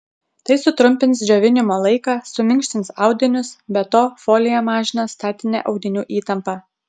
tai sutrumpins džiovinimo laiką suminkštins audinius be to folija mažina statinę audinių įtampą